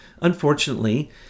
unfortunately